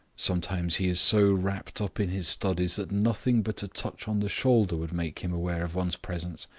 sometimes he is so wrapped up in his studies that nothing but a touch on the shoulder would make him aware of one's presence,